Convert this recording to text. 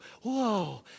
whoa